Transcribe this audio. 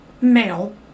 male